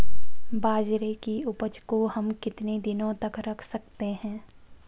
बाजरे की उपज को हम कितने दिनों तक रख सकते हैं?